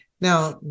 Now